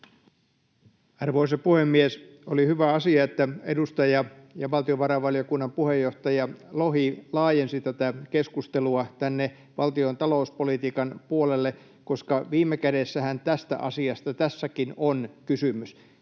Arvoisa puhemies! Oli hyvä asia, että edustaja ja valtiovarainvaliokunnan puheenjohtaja Lohi laajensi tätä keskustelua tänne valtion talouspolitiikan puolelle, koska viime kädessähän tästä asiasta tässäkin on kysymys